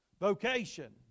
Vocation